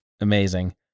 Amazing